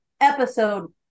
episode